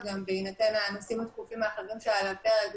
בהינתן הנושאים הדחופים האחרים שעל הפרק,